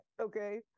Okay